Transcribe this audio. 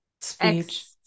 speech